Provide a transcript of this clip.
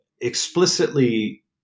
explicitly